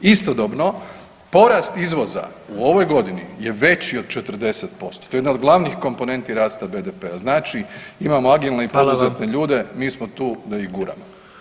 Istodobno, porast izvoza u ovoj godini je veći od 40%, to je jedna od glavnih komponenti rasta BDP-a, znači imamo agilne i poduzetne ljude [[Upadica: Hvala vam.]] mi smo tu da ih guramo.